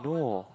no